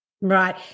Right